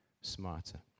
smarter